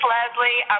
Leslie